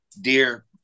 dear